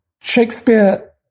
Shakespeare